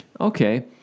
Okay